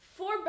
four